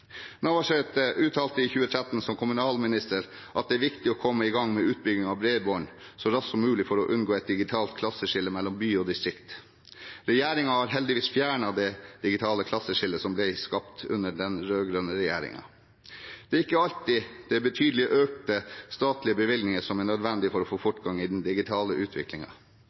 Navarsete uttalte i 2013 som kommunalminister at det var viktig å komme i gang med utbyggingen av bredbånd så raskt som mulig for å unngå et digitalt klasseskille mellom by og distrikt. Regjeringen har heldigvis fjernet det digitale klasseskillet som ble skapt under den rød-grønne regjeringen. Det er ikke alltid det er betydelig økte statlige bevilgninger som er nødvendig for å få fortgang i den digitale